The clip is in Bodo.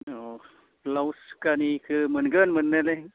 अह ब्लाउस कानिखौ मोनगोन मोननायालाय